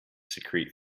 secrete